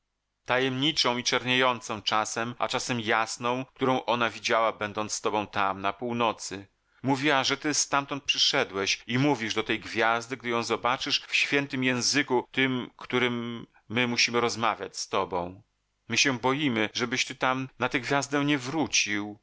tajemniczą i czerniejącą czasem a czasem jasną którą ona widziała będąc z tobą tam na północy mówiła że ty stamtąd przyszedłeś i mówisz do tej gwiazdy gdy ją zobaczysz w świętym języku tym którym my musimy rozmawiać z tobą my się boimy żebyś ty tam na tę gwiazdę nie wrócił